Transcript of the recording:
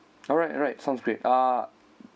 alright alright sounds great uh